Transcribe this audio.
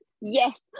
yes